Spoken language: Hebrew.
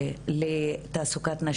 בתעסוקה.